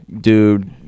dude